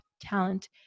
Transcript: talent